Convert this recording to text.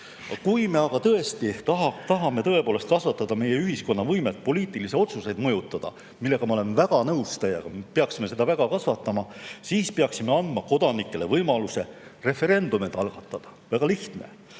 Kui me aga tahame tõepoolest kasvatada meie ühiskonna võimet poliitilisi otsuseid mõjutada, millega ma olen väga nõus, me peaksime seda väga kasvatama, siis peaksime andma kodanikele võimaluse referendumeid algatada. Väga lihtne!